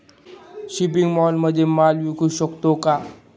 Shopping मॉलमध्ये माल विकू शकतो का?